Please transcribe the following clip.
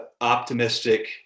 optimistic